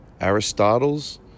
Aristotle's